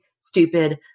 stupid